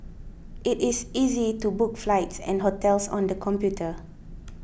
it is easy to book flights and hotels on the computer